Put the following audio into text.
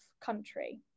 country